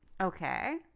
Okay